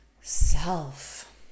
self